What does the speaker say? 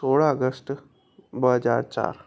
सोरहं अगस्त ॿ हज़ार चारि